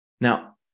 now